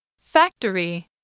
Factory